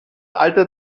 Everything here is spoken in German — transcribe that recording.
alter